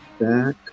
back